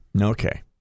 Okay